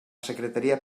secretaria